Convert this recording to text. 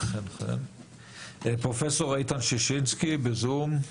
פרופסור איתן ששנסקי, בזום,